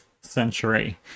century